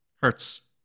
Hurts